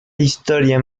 historia